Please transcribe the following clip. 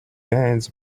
bands